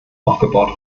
aufgebaut